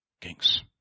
kings